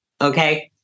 okay